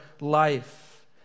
life